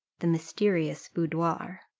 the mysterious boudoir.